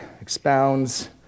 expounds